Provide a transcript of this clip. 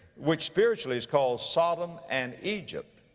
which spiritually is called sodom and egypt.